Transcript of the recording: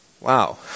Wow